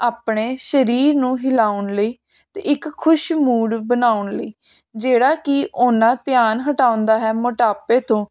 ਆਪਣੇ ਸਰੀਰ ਨੂੰ ਹਿਲਾਉਣ ਲਈ ਅਤੇ ਇੱਕ ਖੁਸ਼ ਮੂੜ ਬਣਾਉਣ ਲਈ ਜਿਹੜਾ ਕਿ ਉਹਨਾਂ ਧਿਆਨ ਹਟਾਉਂਦਾ ਹੈ ਮੋਟਾਪੇ ਤੋਂ